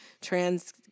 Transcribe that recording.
trans